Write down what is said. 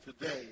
today